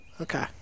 okay